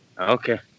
Okay